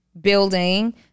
building